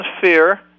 fear